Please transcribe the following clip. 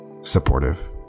supportive